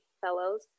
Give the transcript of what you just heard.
fellows